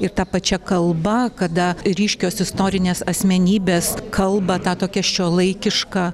ir ta pačia kalba kada ryškios istorinės asmenybės kalba ta tokia šiuolaikiška